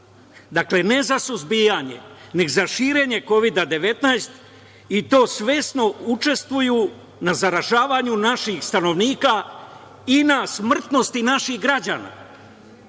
Dakle, ne za suzbijanje, nego za širenje Kovida-19, i to svesno učestvuju na zaražavanju naših stanovnika i na smrtnosti naših